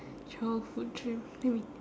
childhood dream let me